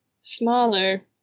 smaller